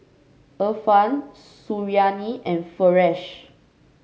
Irfan Suriani and Firash